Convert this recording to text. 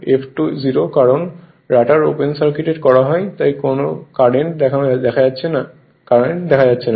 যেহেতু rotor mmf F2 0 কারণ rotor open circuit করা তাই কোন কারেন্ট দেখা যাচ্ছে না